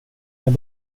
jag